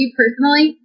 personally